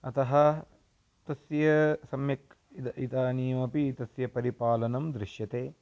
अतः तस्य सम्यक् इदम् इदानीमपि तस्य परिपालनं दृश्यते